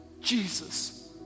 Jesus